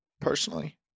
personally